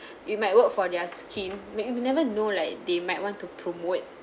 it might work for their skin but you never know like they might want to promote